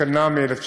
יש כאן תקנה מ-1961.